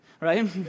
right